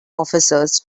officers